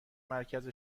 مرکز